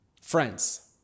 Friends